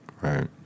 Right